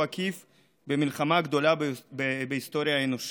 עקיף במלחמה הגדולה בהיסטוריה האנושית,